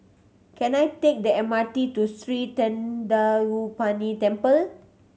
can I take the M R T to Sri Thendayuthapani Temple